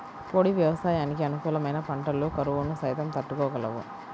పొడి వ్యవసాయానికి అనుకూలమైన పంటలు కరువును సైతం తట్టుకోగలవు